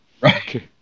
Right